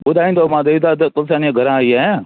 ॿुधाईंदव मां देवीदास तुलसाणी जे घरां आई आहियां